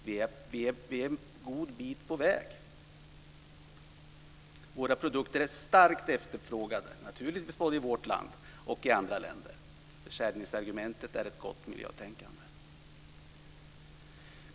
Vi är en god bit på väg. Våra produkter är starkt efterfrågade, naturligtvis både i vårt land och i andra länder. Försäljningsargumentet är ett gott miljötänkande.